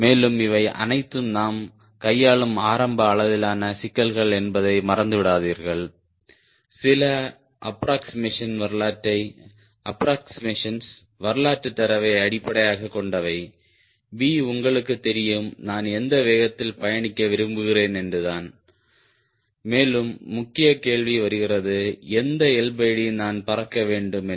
மேலும் இவை அனைத்தும் நாம் கையாளும் ஆரம்ப அளவிலான சிக்கல்கள் என்பதை மறந்துவிடாதீர்கள் சில ஆஃப்ரொக்ஸிமேஷன்ஸ் வரலாற்றுத் தரவை அடிப்படையாகக் கொண்டவை V உங்களுக்குத் தெரியும் நான் எந்த வேகத்தில் பயணிக்க விரும்புகிறேன் என்றுதான் மேலும் முக்கிய கேள்வியும் வருகிறது எந்த LD நான் பறக்க வேண்டும் என்று